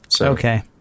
Okay